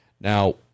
Now